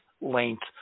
length